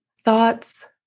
thoughts